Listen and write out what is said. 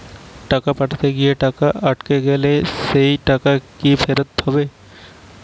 টাকা পাঠাতে গিয়ে টাকা আটকে গেলে সেই টাকা কি ফেরত হবে?